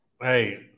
Hey